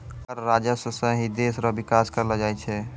कर राजस्व सं ही देस रो बिकास करलो जाय छै